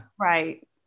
Right